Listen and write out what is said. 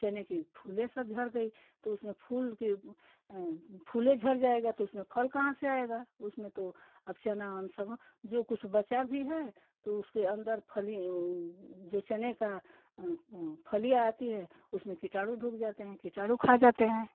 चने की फूलें सब झड़ गईं तो उसमें फूल के फूले झड़ जाएगा तो उसमे फल कहाँ से आएगा उसमें तो अब चना हम सब जो कुछ बचा भी है तो उसके अन्दर फलीं जो चने का फलियाँ आती हैं उसमें कीटाणु डूब जाते हैं कीटाणु खा जाते हैं